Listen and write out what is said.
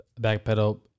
backpedal